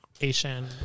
Asian